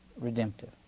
redemptive